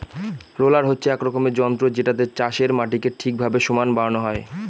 roller হচ্ছে এক রকমের যন্ত্র যেটাতে চাষের মাটিকে ঠিকভাবে সমান বানানো হয়